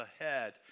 ahead